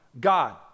God